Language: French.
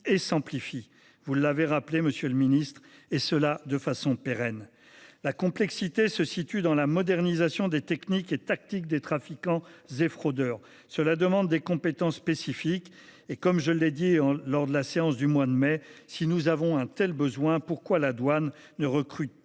et s’amplifient – vous l’avez rappelé, monsieur le ministre –, et cela de manière pérenne. La complexité réside dans la modernisation des techniques et tactiques des trafiquants et fraudeurs. Cela demande des compétences spécifiques. Comme je l’ai dit en séance au mois de mai, si nous avons un tel besoin, pourquoi la douane ne recrute